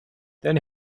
then